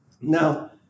Now